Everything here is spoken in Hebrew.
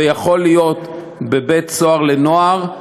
ויכול להיות בבית-סוהר לנוער,